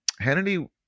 Hannity